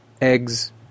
eggs